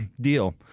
deal